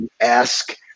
ask